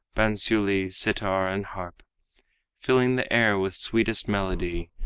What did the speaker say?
bansuli, sitar and harp filling the air with sweetest melody,